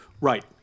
Right